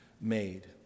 made